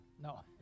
No